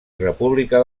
república